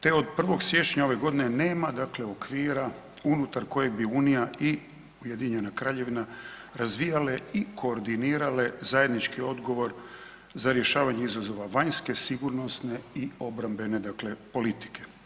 Te od 1. siječnja ove godine nema dakle okvira unutar kojeg bi unija i Ujedinjena Kraljevina razvijale i koordinirale zajednički odgovor za rješavanje izazova vanjske, sigurnosne i obrambene dakle politike.